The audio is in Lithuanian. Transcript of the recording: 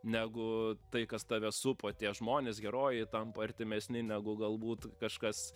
negu tai kas tave supa tie žmonės herojai tampa artimesni negu galbūt kažkas